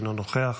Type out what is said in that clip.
אינו נוכח,